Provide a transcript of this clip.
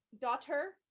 Daughter